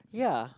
ya